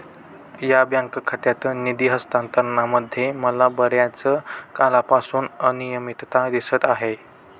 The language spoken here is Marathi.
या बँक खात्यात निधी हस्तांतरणामध्ये मला बर्याच काळापासून अनियमितता दिसत आहे